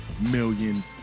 million